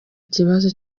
ikibazo